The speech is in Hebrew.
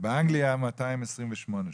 ובאנגליה 228 שעות.